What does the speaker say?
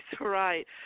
right